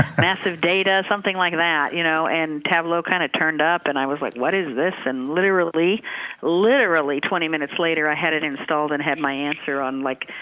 massive data or something like that, you know and tableau kind of turned up. and i was like, what is this? and literally literally twenty minutes later, i had it installed and had my answer on like